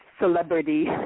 celebrity